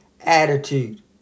attitude